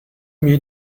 mir